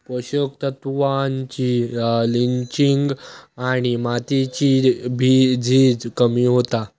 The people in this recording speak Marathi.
पोषक तत्त्वांची लिंचिंग आणि मातीची झीज कमी होता